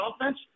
offense